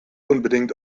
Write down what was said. unbedingt